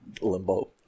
Limbo